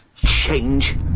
Change